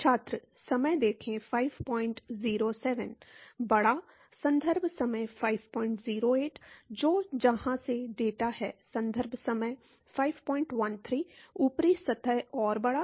छात्र ऊपरी सतह और बड़ा